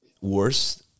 worse